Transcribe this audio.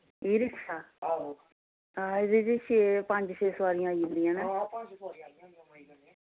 ई rickshaw हां एह्दे च छे पंज छे सोआरियां आई जंदियां न